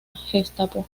gestapo